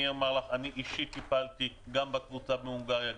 אני אישית טיפלתי בקבוצה מהונגריה,